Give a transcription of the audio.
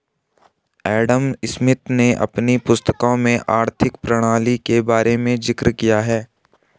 Adam Smith ने अपनी पुस्तकों में आर्थिक प्रणाली के बारे में जिक्र किया है